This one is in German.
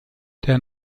der